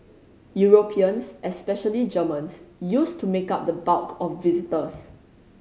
Europeans especially Germans used to make up the bulk of visitors